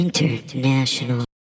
International